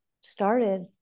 started